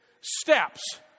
steps